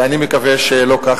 ואני מקווה שלא כך,